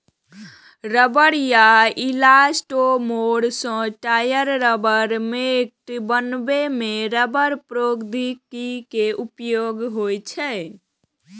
रबड़ या इलास्टोमोर सं टायर, रबड़ मैट बनबै मे रबड़ प्रौद्योगिकी के उपयोग होइ छै